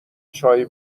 چای